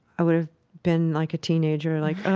i would have been like a teenager, like, oh,